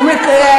באמת,